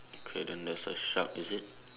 okay then there's a shark is it